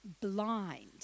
blind